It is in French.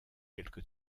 quelque